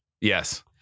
yes